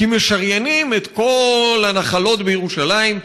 כי משריינים את כל הנחלות בירושלים,